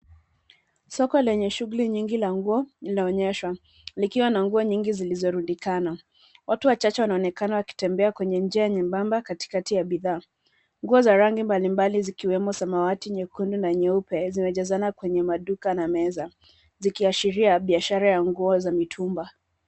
Soko lenye shughuli nyingi la nguo linaonyesha likiwa na nguo nyingi zilizorundikana. Watu wachache wanaonekana wakitembea kwenye njia nyembamba katikati ya bidhaa. Nguo za rangi mbalimbali, zikiwemo samawati, nyekundu, na nyeupe, zimejazana kwenye maduka na meza, zikiashiria biashara ya nguo za mitumba.